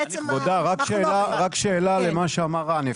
רק שאלה למה שאמר רן,